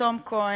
לתום כהן,